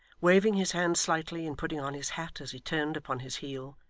waving his hand slightly, and putting on his hat as he turned upon his heel,